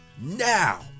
Now